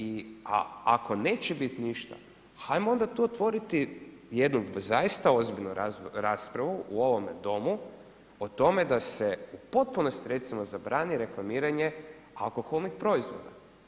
I ako neće biti ništa, ajmo onda tu otvoriti, jednu zaista ozbiljnu raspravu u ovome Domu, o tome da se u potpunosti, recimo zabrani reklamiranje alkoholnih proizvoda.